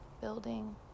building